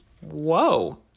whoa